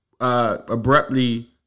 Abruptly